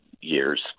years